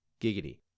Giggity